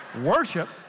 worship